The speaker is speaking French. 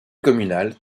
communale